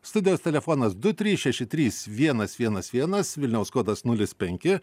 studijos telefonas du trys šeši trys vienas vienas vienas vilniaus kodas nulis penki